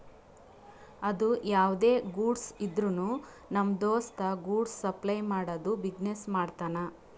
ಅದು ಯಾವ್ದೇ ಗೂಡ್ಸ್ ಇದ್ರುನು ನಮ್ ದೋಸ್ತ ಗೂಡ್ಸ್ ಸಪ್ಲೈ ಮಾಡದು ಬಿಸಿನೆಸ್ ಮಾಡ್ತಾನ್